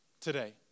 today